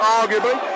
arguably